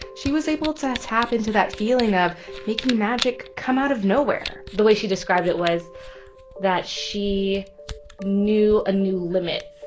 she was able to tap into that feeling of making magic come out of nowhere the way she described it was that she knew a new limit,